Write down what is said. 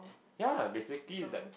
ya basically is like